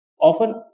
Often